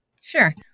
Sure